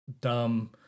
dumb